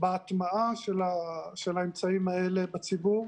בהטמעה של האמצעים האלה בציבור